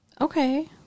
Okay